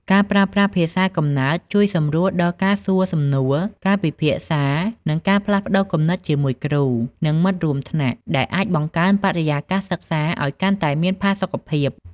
ការប្រើប្រាស់ភាសាកំណើតជួយសម្រួលដល់ការសួរសំណួរ ការពិភាក្សា និងការផ្លាស់ប្តូរគំនិតជាមួយគ្រូ និងមិត្តរួមថ្នាក់ ដែលអាចបង្កើនបរិយាកាសសិក្សាឱ្យកាន់តែមានផាសុកភាព។